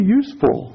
useful